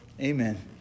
Amen